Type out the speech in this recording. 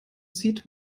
zieht